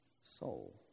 soul